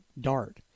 dart